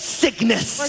sickness